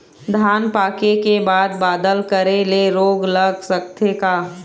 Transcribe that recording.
धान पाके के बाद बादल करे ले रोग लग सकथे का?